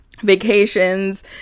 vacations